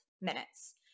minutes